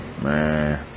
Man